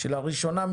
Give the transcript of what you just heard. שלראשונה,